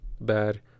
bad